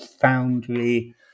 foundry